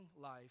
life